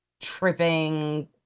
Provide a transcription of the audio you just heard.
tripping